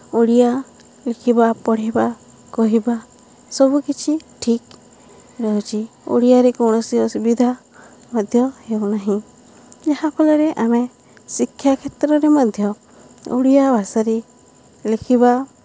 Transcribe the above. ଓଡ଼ିଆ ଲେଖିବା ପଢ଼ିବା କହିବା ସବୁକିଛି ଠିକ୍ ରହୁଛି ଓଡ଼ିଆରେ କୌଣସି ଅସୁବିଧା ମଧ୍ୟ ହେଉନାହିଁ ଯାହା ଫଳରେ ଆମେ ଶିକ୍ଷା କ୍ଷେତ୍ରରେ ମଧ୍ୟ ଓଡ଼ିଆ ଭାଷାରେ ଲେଖିବା